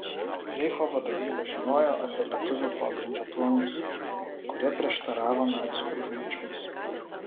reicho vadovybė žinojo apie lietuvių pogrindžio planus kurie prieštaravo nacių užmačioms